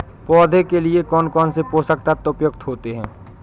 पौधे के लिए कौन कौन से पोषक तत्व उपयुक्त होते हैं?